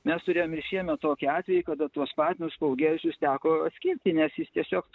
mes turėjom ir šiemet tokį atvejį kada tuos patinus paūgėjusius teko atskirti nes jis tiesiog